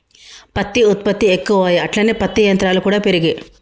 పత్తి ఉత్పత్తి ఎక్కువాయె అట్లనే పత్తి యంత్రాలు కూడా పెరిగే